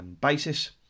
basis